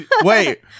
wait